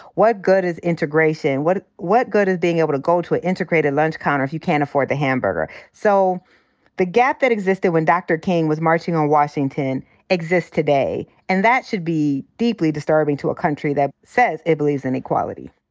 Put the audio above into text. what good is integration? what what good is being able to go to a integrated lunch counter if you can't afford the hamburger? so the gap that existed when dr. king was marching on washington exists today. and that should be deeply disturbing to a country that says it believes in equality.